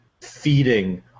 feeding